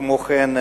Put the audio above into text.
כמו כן,